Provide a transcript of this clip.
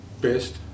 best